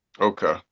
Okay